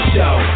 Show